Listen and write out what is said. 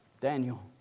Daniel